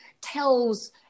tells